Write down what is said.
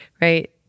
right